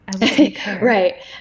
right